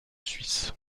suisse